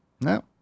No